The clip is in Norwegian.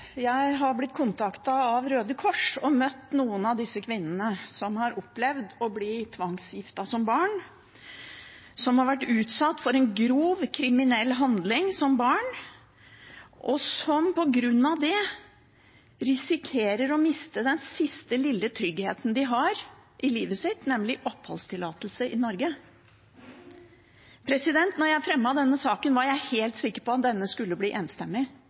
Jeg har blitt kontaktet av Røde Kors og møtt noen av de kvinnene som har opplevd å bli tvangsgiftet som barn, som har vært utsatt for en grov kriminell handling som barn, og som på grunn av det risikerer å miste den siste lille tryggheten de har i livet sitt, nemlig oppholdstillatelse i Norge. Da jeg fremmet denne saken, var jeg helt sikker på at den skulle bli enstemmig.